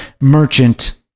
merchant